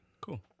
Cool